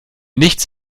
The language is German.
nichts